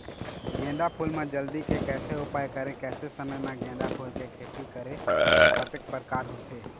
गेंदा फूल मा जल्दी के कैसे उपाय करें कैसे समय मा गेंदा फूल के खेती करें अउ कतेक प्रकार होथे?